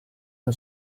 una